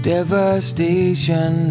Devastation